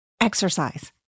Exercise